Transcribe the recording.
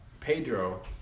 Pedro